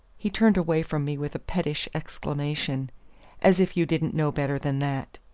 he turned away from me with a pettish exclamation as if you didn't know better than that!